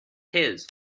his